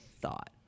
thought